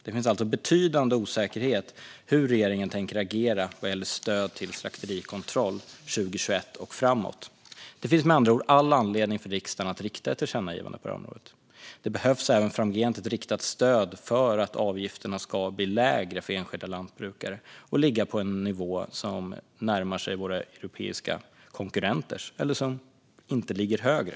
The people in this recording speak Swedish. Det finns alltså betydande osäkerheter hur regeringen tänker agera vad gäller stöd till slakterikontroll 2021 och framåt. Det finns med andra ord all anledning för riksdagen att rikta ett tillkännagivande på området. Det behövs även framgent ett riktat stöd för att avgifterna ska bli lägre för enskilda lantbrukare och ligga på en nivå som närmar sig våra europeiska konkurrenters och inte ligger högre.